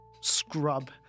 scrub